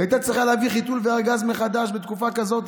היא הייתה צריכה להביא חיתול וארגז מחדש בתקופה כזאת,